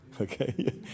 Okay